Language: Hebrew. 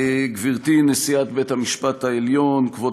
גברתי נשיאת בית-המשפט העליון כבוד